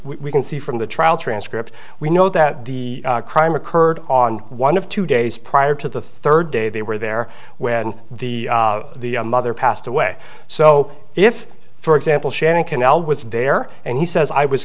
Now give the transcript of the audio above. we can see from the trial transcript we know that the crime occurred on one of two days prior to the third day they were there when the mother passed away so if for example shannon canal was there and he says i was